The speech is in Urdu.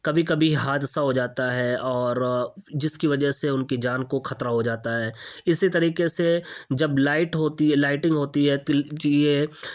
کبھی کبھی حادثہ ہو جاتا ہے اور جس کی وجہ سے ان کی جان کو کھطرہ ہو جاتا ہے اسی طریقے سے جب لائٹ ہوتی ہے لائٹنگ ہوتی ہے تو یہ